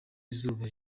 izuba